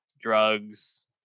Drugs